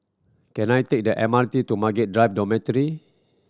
can I take the M R T to Margaret Drive Dormitory